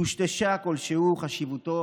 טושטשה חשיבותו